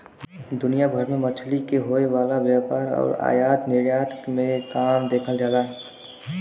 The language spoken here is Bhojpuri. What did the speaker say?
दुनिया भर में मछरी के होये वाला व्यापार आउर आयात निर्यात के काम देखल जाला